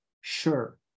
sure